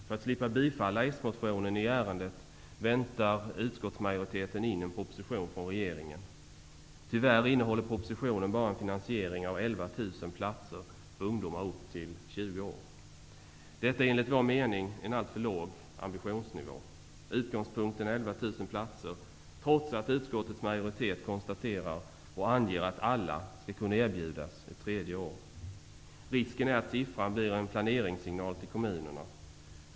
För att slippa att tillstyrka s-motionen i ärendet väntar utskottsmajoriteten in en proposition från regeringen. Tyvärr innehåller propositionen bara förslag om en finansiering av 11 000 platser för ungdomar upp till 20 år. Detta är enligt vår mening en för låg ambitionsnivå. Utgångspunkten är 11 000 platser, trots att utskottets majoritet anger att alla skall kunna erbjudas ett tredje år. Risken är att siffran blir en planeringssignal till kommunerna.